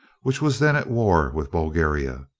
which was then at war with bulgaria.